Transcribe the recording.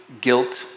guilt